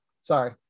Sorry